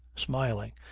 smiling,